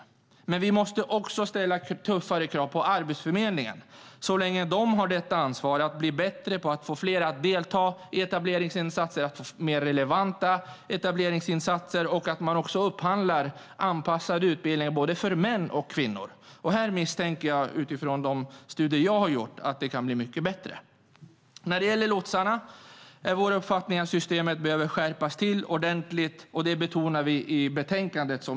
Men vi måste också ställa tuffare krav på Arbetsförmedlingen, så länge man där har detta ansvar, att bli bättre på att få fler att delta i etableringsinsatser och att få mer relevanta etableringsinsatser och att man också upphandlar anpassade utbildningar för både män och kvinnor. Här förmodar jag, utifrån de studier jag har gjort, att det kan bli mycket bättre. När det gäller lotsarna är vår uppfattning att systemet behöver skärpas till ordentligt, och det betonar vi i betänkandet.